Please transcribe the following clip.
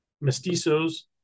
mestizos